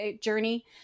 journey